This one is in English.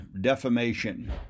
defamation